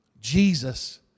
Jesus